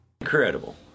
Incredible